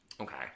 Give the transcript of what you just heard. Okay